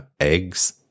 eggs